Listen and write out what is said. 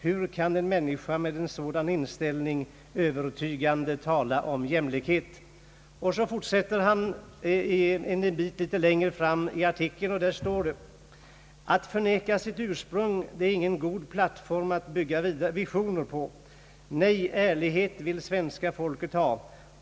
Hur kan en människa med en sådan inställning övertygande tala om jämlikhet.» Så fortsätter han litet längre fram i artikeln: »Att förneka sitt ursprung det är ingen god plattform att bygga visioner på. Nej, ärlighet vill svenska folket ha.